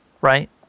right